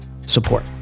support